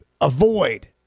avoid